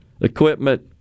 equipment